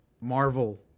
Marvel